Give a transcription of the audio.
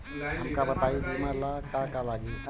हमका बताई बीमा ला का का लागी?